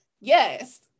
yes